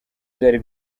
byari